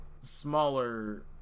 smaller